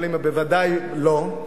אבל עם ה"בוודאי" לא,